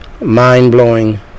mind-blowing